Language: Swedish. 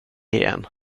igen